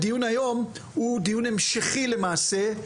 הדיון היום הוא דיון המשכי למעשה,